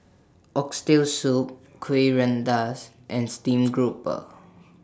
Oxtail Soup Kuih Rengas and Steam Grouper